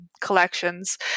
collections